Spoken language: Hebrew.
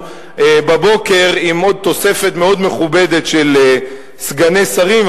שאחריו קמנו בבוקר עם עוד תוספת מאוד מכובדת של סגני שרים.